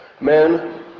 Men